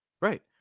Right